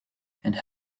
and